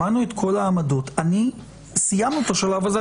שמענו את כל העמדות, וסיימנו את השלב הזה.